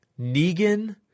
Negan